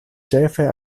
ĉefe